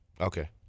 Okay